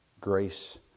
grace